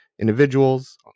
individuals